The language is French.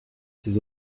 ses